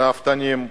רפתנים,